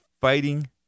fighting